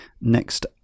Next